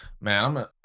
Man